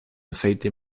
aceite